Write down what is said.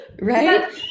Right